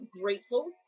grateful